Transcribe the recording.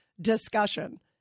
discussion